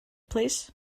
plîs